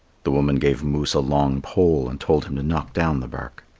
the woman gave moose a long pole and told him to knock down the bark.